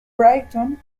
brighton